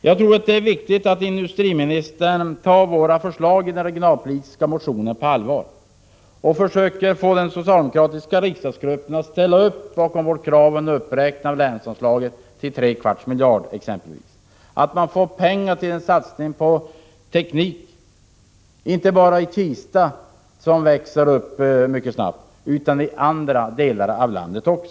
Jag tror att det är viktigt att industriministern tar våra förslag i den regionalpolitiska motionen på allvar och försöker få den socialdemokratiska riksdagsgruppen att ställa upp bakom vårt krav på en uppräkning av länsanslaget till exempelvis 3/4 miljard. Det är viktigt att man får pengar till en satsning på teknik, inte bara i Kista, som växer upp mycket snabbt, utan också i andra delar av landet.